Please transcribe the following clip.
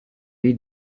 gli